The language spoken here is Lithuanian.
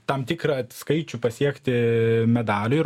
tam tikrą skaičių pasiekti medalių ir